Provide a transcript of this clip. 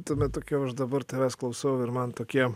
tuomet tokio aš dabar tavęs klausau ir man tokie